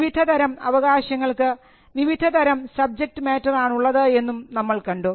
വിവിധതരം അവകാശങ്ങൾക്ക് വിവിധതരം സബ്ജക്റ്റ് മാറ്ററാണുള്ളത് എന്നും നമ്മൾ കണ്ടു